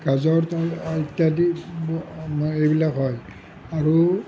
গাজৰ ইত্যাদি আমাৰ এইবিলাক হয় আৰু